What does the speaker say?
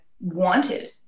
wanted